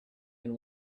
and